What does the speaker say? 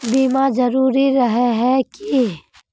बीमा जरूरी रहे है की?